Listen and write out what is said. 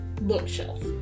bookshelf